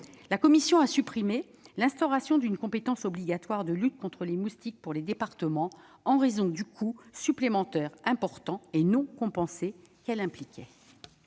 La commission a supprimé l'instauration d'une compétence obligatoire de lutte contre les moustiques pour les départements, en raison du coût supplémentaire, important et non compensé, qu'elle impliquait.